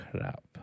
crap